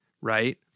right